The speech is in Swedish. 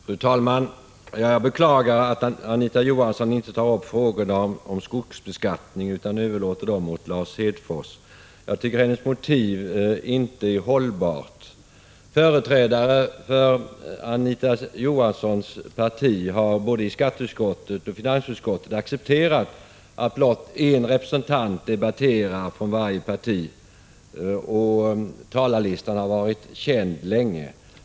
Fru talman! Jag beklagar att Anita Johansson inte tar upp frågorna om skogsbeskattning utan överlåter dem åt Lars Hedfors. Hennes motiv är inte hållbart. Företrädare för Anita Johanssons parti har både i skatteutskottet och i finansutskottet accepterat att blott en representant debatterar från varje parti, och talarlistan har varit känd länge.